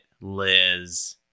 Liz